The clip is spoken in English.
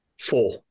Four